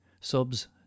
subs